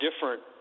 different